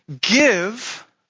give